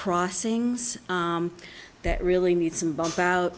crossings that really need some bump out